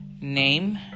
name